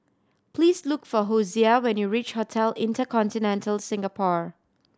please look for Hosea when you reach Hotel InterContinental Singapore